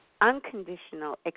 unconditional